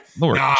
Lord